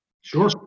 Sure